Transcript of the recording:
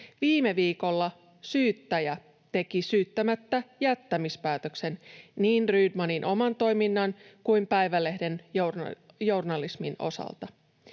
Viime viikolla syyttäjä teki syyttämättäjättämispäätöksen niin Rydmanin oman toiminnan kuin päivälehden journalismin osalta.